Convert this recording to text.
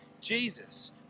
jesus